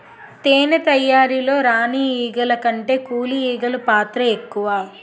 తేనె తయారీలో రాణి ఈగల కంటే కూలి ఈగలు పాత్ర ఎక్కువ